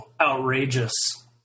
outrageous